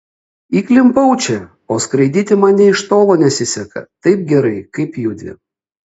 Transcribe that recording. įklimpau čia o skraidyti man nė iš tolo nesiseka taip gerai kaip judviem